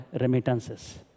remittances